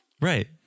Right